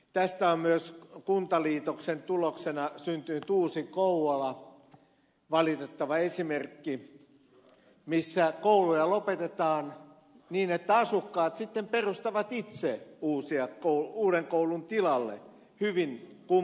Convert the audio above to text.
tästä on valitettava esimerkki myös kuntaliitoksen tuloksena syntynyt uusi kouvola missä kouluja lopetetaan niin että asukkaat sitten perustavat itse uuden koulun tilalle hyvin kummallista